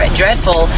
dreadful